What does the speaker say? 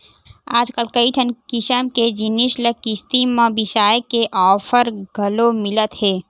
आजकल कइठन किसम के जिनिस ल किस्ती म बिसाए के ऑफर घलो मिलत हे